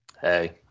Hey